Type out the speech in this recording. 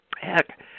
Heck